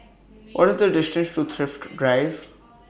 What IS The distance to Thrift Drive